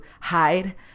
hide